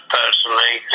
personally